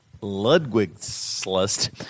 Ludwigslust